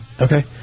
Okay